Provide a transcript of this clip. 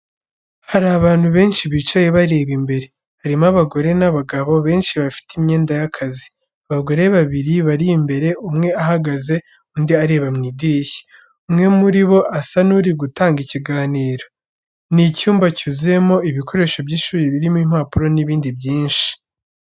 Hari abantu benshi bicaye bareba imbere, harimo abagore n'abagabo, benshi bafite imyenda y’akazi, abagore babiri bari imbere umwe ahagaze, undi areba mu irishya, umwe muri bo asa n'uri gutanga ikiganiro. Ni icyumba cyuzuyemo ibikoresho by’ishuri birimo impapuro n'ibindi byinshi.